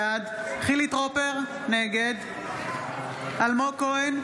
בעד חילי טרופר, נגד אלמוג כהן,